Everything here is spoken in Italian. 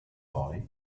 poi